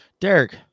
derek